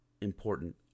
important